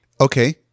Okay